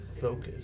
focus